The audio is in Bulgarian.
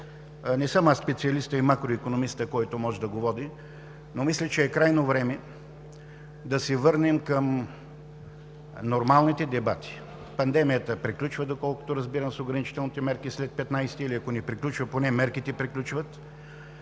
Не съм аз специалистът и макроикономистът, който може да говори, но мисля, че е крайно време да се върнем към нормалните дебати. Пандемията приключва, доколкото разбирам, с ограничителните мерки след 15-и, или ако не приключва, поне мерките приключват.